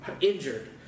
injured